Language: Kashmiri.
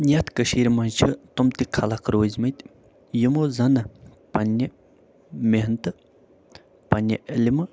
یَتھ کٔشیٖرِ منٛز چھِ تِم تہِ خلق روٗزمٕتۍ یِمو زن پنٛنہِ محنتہٕ پنٛنہِ علمہٕ